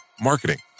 marketing